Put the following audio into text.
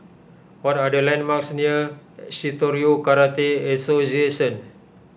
what are the landmarks near Shitoryu Karate Association